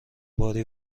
باری